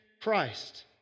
Christ